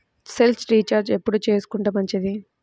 Cell recharge ఎప్పుడు చేసుకొంటే మంచిది?